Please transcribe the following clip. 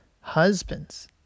Husbands